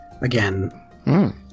again